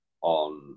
on